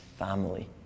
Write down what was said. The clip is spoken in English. family